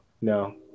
no